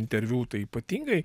interviu tai ypatingai